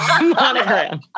monogram